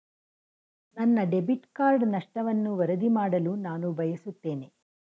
ನನ್ನ debit card ನಷ್ಟವನ್ನು ವರದಿ ಮಾಡಲು ನಾನು ಬಯಸುತ್ತೇನೆ